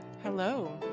Hello